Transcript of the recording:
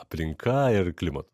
aplinka ir klimat